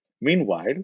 Meanwhile